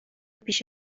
پیش